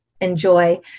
enjoy